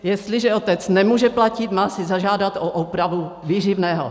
Jestliže otec nemůže platit, má si zažádat o úpravu výživného.